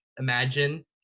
imagine